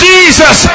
Jesus